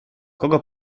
kogo